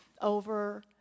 over